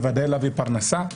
בוודאי להביא פרנסה,